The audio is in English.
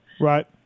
Right